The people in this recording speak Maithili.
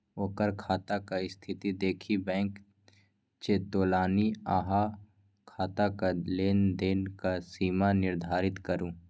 ओकर खाताक स्थिती देखि बैंक चेतोलनि अहाँ खाताक लेन देनक सीमा निर्धारित करू